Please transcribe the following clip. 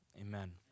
Amen